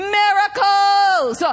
miracles